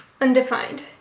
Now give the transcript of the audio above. undefined